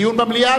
דיון במליאה.